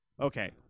Okay